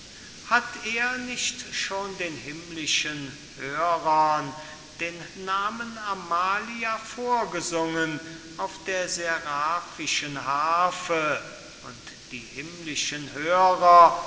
hat er nicht schon den himmlischen hörern den namen amalia vorgesungen auf der seraphischen harfe und die himmlischen hörer